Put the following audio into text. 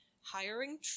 hiring